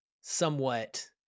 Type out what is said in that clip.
somewhat